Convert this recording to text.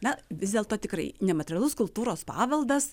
na vis dėlto tikrai nematerialus kultūros paveldas